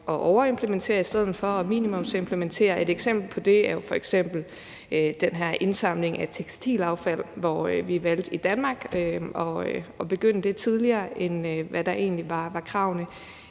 at overimplementere i stedet for at minimumsimplementere. Et eksempel på det er f.eks. den her indsamling af tekstilaffald, hvor vi i Danmark valgte at begynde det tidligere, end hvad der var kravene